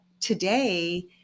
today